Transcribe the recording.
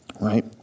Right